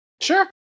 Sure